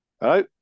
Hello